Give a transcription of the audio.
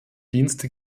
dienste